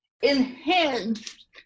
enhanced